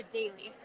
daily